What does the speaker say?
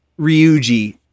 Ryuji